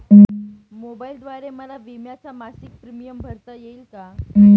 मोबाईलद्वारे मला विम्याचा मासिक प्रीमियम भरता येईल का?